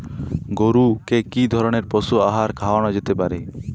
গরু কে কি ধরনের পশু আহার খাওয়ানো যেতে পারে?